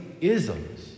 isms